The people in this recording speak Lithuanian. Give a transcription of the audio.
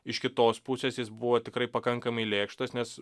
iš kitos pusės jis buvo tikrai pakankamai lėkštas nes